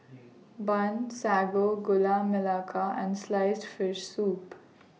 Bun Sago Gula Melaka and Sliced Fish Soup